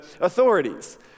authorities